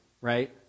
right